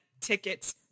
tickets